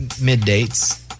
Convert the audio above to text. mid-dates